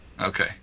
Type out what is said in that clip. Okay